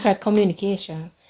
Communication